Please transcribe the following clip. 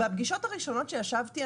בפגישות הראשונות שישבתי,